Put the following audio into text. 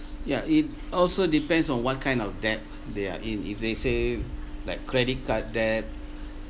ya it also depends on what kind of debt they are in if they say like credit card debt